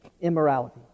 immorality